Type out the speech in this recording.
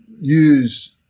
Use